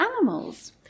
animals